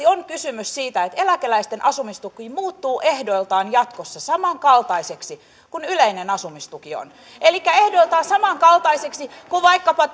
on kysymys siitä että eläkeläisten asumistuki muuttuu ehdoiltaan jatkossa samankaltaiseksi kuin yleinen asumistuki elikkä ehdoiltaan samankaltaiseksi kuin vaikkapa